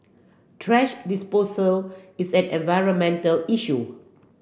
thrash disposal is an environmental issue